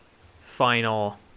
final